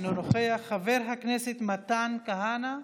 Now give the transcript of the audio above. אינו נוכח, חבר הכנסת מתן כהנא,